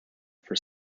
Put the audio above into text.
for